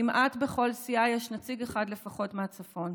כמעט בכל סיעה יש נציג אחד לפחות מהצפון.